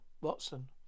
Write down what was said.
Watson